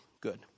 good